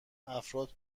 افراد